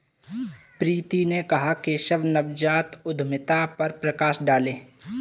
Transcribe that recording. प्रीति ने कहा कि केशव नवजात उद्यमिता पर प्रकाश डालें